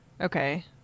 Okay